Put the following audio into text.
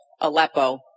Aleppo